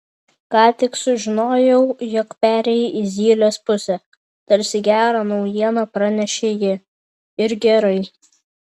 ką tik sužinojau jog perėjai į zylės pusę tarsi gerą naujieną pranešė ji ir gerai